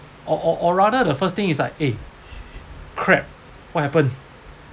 or or or rather the first thing is like eh crap what happened